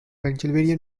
pennsylvania